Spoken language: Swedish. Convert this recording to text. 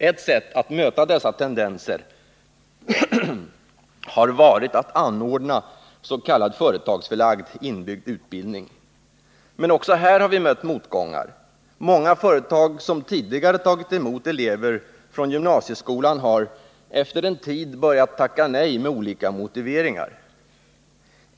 Ett sätt att möta dessa tendenser har varit att anordna s.k. företagsförlagd, inbyggd utbildning. Men också här har vi mött motgångar. Många företag som tidigare tagit emot elever från gymnasieskolan har efter en tid börjat tacka nej med olika motiveringar.